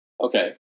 Okay